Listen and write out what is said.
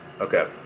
okay